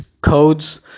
codes